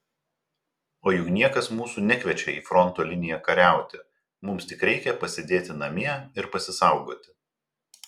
o juk niekas mūsų nekviečia į fronto liniją kariauti mums tik reikia pasėdėti namie ir pasisaugoti